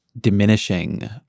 diminishing